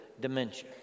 dementia